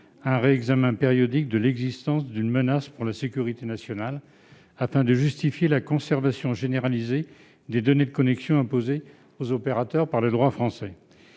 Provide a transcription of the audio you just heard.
un réexamen périodique de l'existence d'une menace pour la sécurité nationale afin de justifier la conservation généralisée des données de connexion imposée aux opérateurs par le droit français.